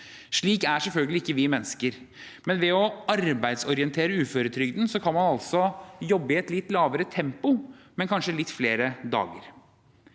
Slik er selvfølgelig ikke vi mennesker. Ved å arbeidsorientere uføretrygden kan man jobbe i et litt lavere tempo, men kanskje litt flere dager.